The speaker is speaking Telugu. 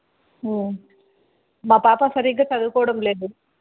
మా పాప సరిగ్గా చదువుకోవడం లేదు